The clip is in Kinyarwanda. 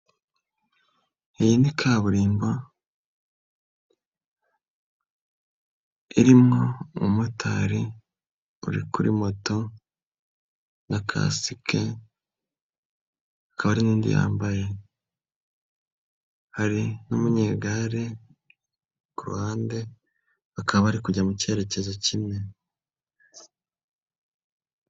Iyi ni kaburimbo irimo umumotari uri kuri moto nakasike, kandi yambaye hari n'umunyegare kuhande bakaba bari kujya mu cyerekezo kimwe.